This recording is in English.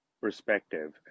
perspective